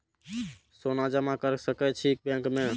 सोना जमा कर सके छी बैंक में?